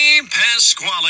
Pasquale